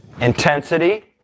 intensity